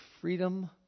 freedom